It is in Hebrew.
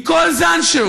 מכל זן שהוא